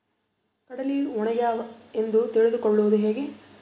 ಕಡಲಿ ಒಣಗ್ಯಾವು ಎಂದು ತಿಳಿದು ಕೊಳ್ಳೋದು ಹೇಗೆ?